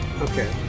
Okay